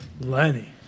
Lenny